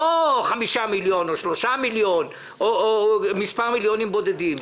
לא 5 מיליון שקל או 3 מיליון שקל או מספר מיליוני שקלים בודדים,